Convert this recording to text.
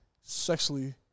Sexually